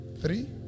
three